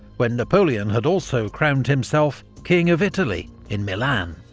when napoleon had also crowned himself king of italy in milan.